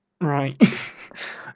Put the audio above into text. Right